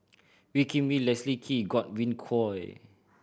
Wee Kim Wee Leslie Kee Godwin Koay